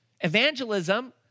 Evangelism